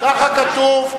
ככה כתוב.